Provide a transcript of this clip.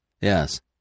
Yes